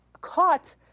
caught